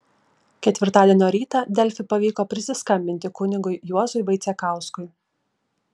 ketvirtadienio rytą delfi pavyko prisiskambinti kunigui juozui vaicekauskui